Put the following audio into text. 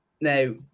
Now